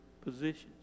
positions